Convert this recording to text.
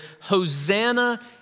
Hosanna